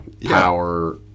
power